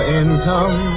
income